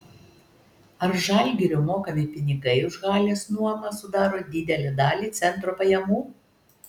ar žalgirio mokami pinigai už halės nuomą sudaro didelę dalį centro pajamų